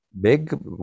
big